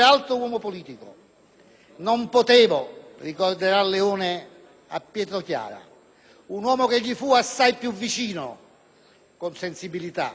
Ricorderà Giovanni Leone a Pietro Chiara, un uomo che gli fu assai più vicino, con sensibilità, di tanti altri,